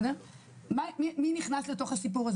מי נכנס לסיפור הזה?